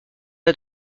pas